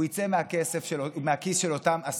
הוא יצא מהכיס של אותם עסקים.